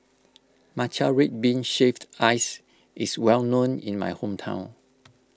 Matcha Red Bean Shaved Ice is well known in my hometown